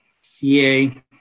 CA